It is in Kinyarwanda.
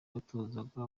yatozaga